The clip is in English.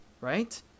right